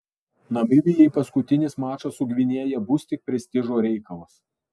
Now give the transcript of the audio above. namibijai paskutinis mačas su gvinėja bus tik prestižo reikalas